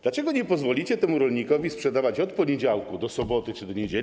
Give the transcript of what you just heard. Dlaczego nie pozwolicie rolnikowi sprzedawać od poniedziałku do soboty czy do niedzieli?